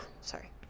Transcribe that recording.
sorry